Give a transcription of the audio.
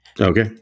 Okay